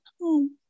home